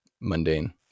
mundane